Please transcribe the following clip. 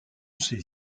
ces